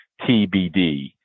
TBD